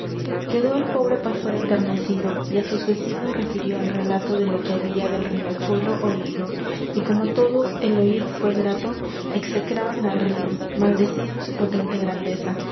quedó el pobre pastor enternecido y á sus vecinos refirió el relato de lo que había del riachuelo oído y como á todos el oir fué grato execraban al r í o maldecían su potente grandeza